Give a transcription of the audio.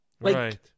Right